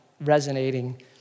resonating